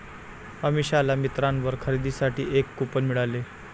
अमिषाला मिंत्रावर खरेदीसाठी एक कूपन मिळाले